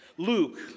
Luke